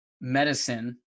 Medicine